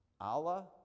Allah